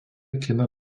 kino